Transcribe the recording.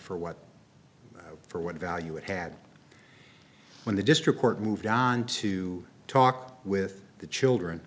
for what for what value it had when the district court moved on to talk with the children